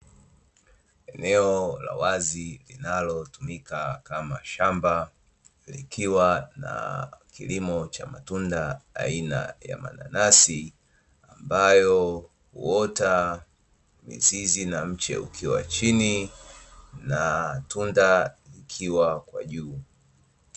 Eneo eo la wazi, linalotumika kama shamba, likiwa na kilimo cha matunda aina ya mananasi, ambayo huota mizizi na mche ukiwa chini, na tunda likiwa kwa juu.